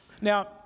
Now